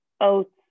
oats